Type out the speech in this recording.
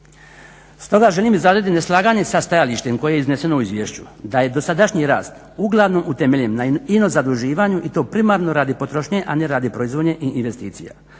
Stoga želim izraziti neslaganje sa stajalištem koje je izneseno u izvješću, da je dosadašnji rast uglavnom utemeljen na ino zaduživanju i to primarno radi potrošnje a ne radi proizvodnje i investicije.